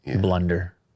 blunder